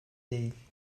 değil